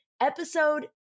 episode